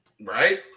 Right